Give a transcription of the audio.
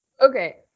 okay